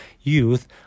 youth